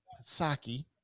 Saki